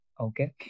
Okay